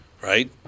right